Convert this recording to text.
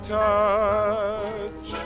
touch